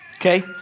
okay